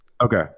Okay